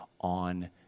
on